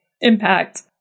impact